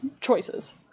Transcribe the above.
choices